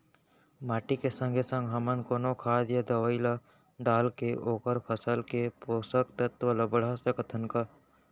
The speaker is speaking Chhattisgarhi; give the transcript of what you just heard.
माटी के संगे संग हमन कोनो खाद या दवई ल डालके ओखर फसल के पोषकतत्त्व ल बढ़ा सकथन का?